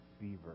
fever